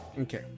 Okay